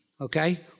okay